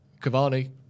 Cavani